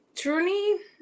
Truly